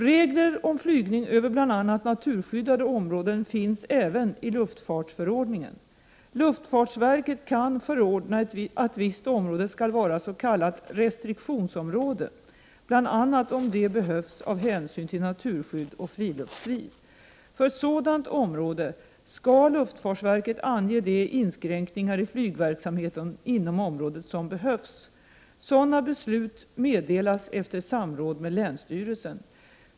Regler om flygning över bl.a. naturskyddade områden finns även i luftfartsförordningen. Luftfartsverket kan förordna att visst område skall vara s.k. restriktionsområde bl.a. om det behövs av hänsyn till naturskydd och friluftsliv. För sådant område skall luftfartsverket ange de inskränkningar i flygverksamheten inom området som behövs. Sådana beslut meddelas efter samråd med länsstyrelsen.